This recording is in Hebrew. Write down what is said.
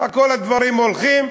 כל הדברים הולכים,